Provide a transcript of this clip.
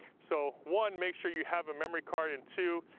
so one, make sure you have a memory card, and two,